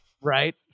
right